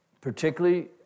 particularly